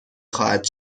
خواهد